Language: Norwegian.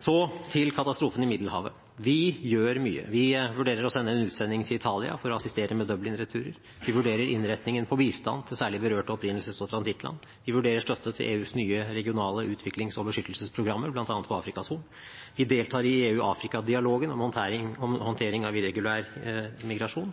Så til katastrofen i Middelhavet. Vi gjør mye. Vi vurderer å sende en utsending til Italia for å assistere med Dublin-returer, vi vurderer innretningen på bistanden til særlig berørte opprinnelses- og transittland, vi vurderer støtte til EUs nye regionale utviklings- og beskyttelsesprogrammer, bl.a. på Afrikas Horn, vi deltar i EU-/Afrika-dialogen om håndtering av irregulær migrasjon,